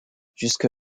jusque